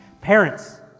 Parents